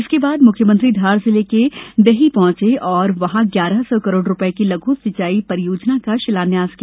इसके बाद मुख्यमंत्री धार जिले के डही पहंचे और वहां ग्यारह सौ करोड़ रूपये की लघू सिंचाई परियोजना का शिलान्यास किया